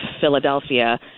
Philadelphia